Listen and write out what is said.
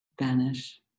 vanish